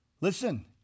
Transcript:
Listen